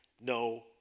No